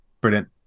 Brilliant